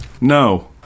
No